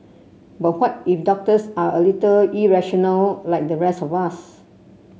but what if doctors are a little irrational like the rest of us